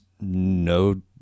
no